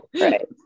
right